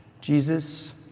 Jesus